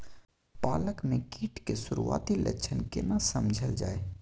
पालक में कीट के सुरआती लक्षण केना समझल जाय?